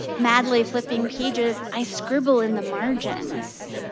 madly flipping pages, i scribble in the margins.